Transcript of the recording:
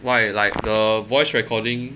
why like the voice recording